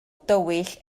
dywyll